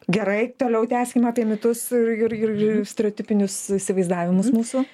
gerai toliau tęskim apie mitus ir ir stereotipinius įsivaizdavimus mūsų